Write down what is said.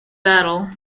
battle